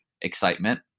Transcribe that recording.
excitement